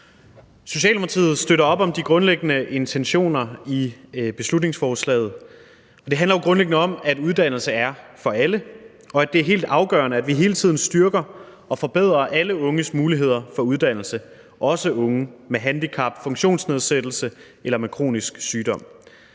Socialdemokratiet støtter op om de grundlæggende intentioner i beslutningsforslaget, og det handler jo grundlæggende om, at uddannelse er for alle, og at det er helt afgørende, at vi hele tiden styrker og forbedrer alle unges muligheder for uddannelse, også unge med handicap, funktionsnedsættelse eller med kronisk sygdom.